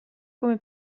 come